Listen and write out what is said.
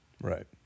Right